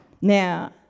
Now